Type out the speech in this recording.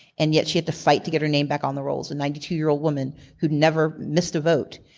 and yet she had to fight to get her name back on the rolls. a and ninety two year old woman who never missed a vote,